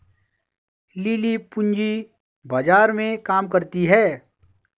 lily पूंजी बाजार में काम करती है